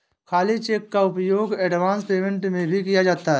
खाली चेक का उपयोग एडवांस पेमेंट में भी किया जाता है